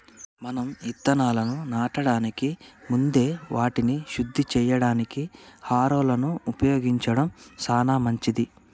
మనం ఇత్తనాలను నాటడానికి ముందే వాటిని శుద్ది సేయడానికి హారొలను ఉపయోగించడం సాన మంచిది